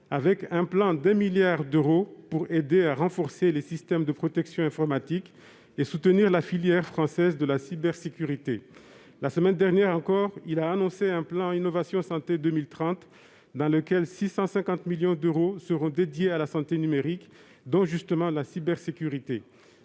avec un plan doté de 1 milliard d'euros pour aider à renforcer les systèmes de protection informatique et soutenir la filière française de la cybersécurité. La semaine dernière encore, il a annoncé un plan Innovation Santé 2030, dans lequel 650 millions d'euros seront consacrés à la santé numérique, dont une partie à la cybersécurité.